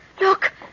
look